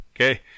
Okay